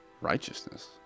righteousness